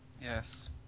yes